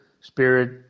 spirit